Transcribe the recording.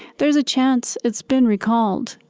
there is a chance it's been recalled.